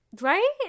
right